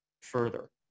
further